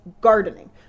gardening